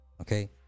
okay